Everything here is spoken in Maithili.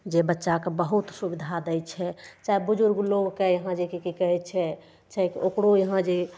जे बच्चाके बहुत सुविधा दै छै चाहे बुजुर्ग लोगके यहाँ जेकि की कहय छै छै ओकरो यहाँ जे